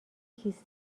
کیسه